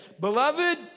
Beloved